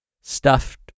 stuffed